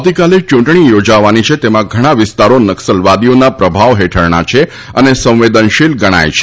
આવતીકાલે યૂંટણી યોજાવાની છે તેમાં ઘણા વિસ્તારો નક્સલવાદીઓના પ્રભાવ હેઠળના છે અને સંવેદનશીલ ગણાય છે